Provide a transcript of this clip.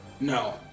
No